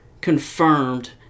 confirmed